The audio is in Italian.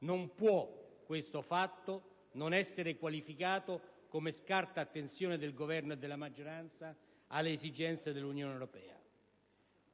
Non può questo fatto non essere qualificato come scarsa attenzione del Governo e della maggioranza alle esigenze dell'Unione europea.